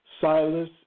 Silas